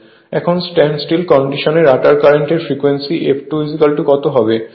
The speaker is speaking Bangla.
এখন স্ট্যান্ড স্টিল কন্ডিশনে রটার কারেন্টের ফ্রিকোয়েন্সি f2 কত হবে